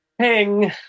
Ping